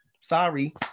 Sorry